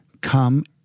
Come